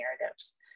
narratives